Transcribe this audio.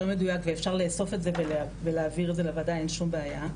מדוייק ואפשר לאסוף את זה ולהביא את זה לוועדה אין שום בעיה.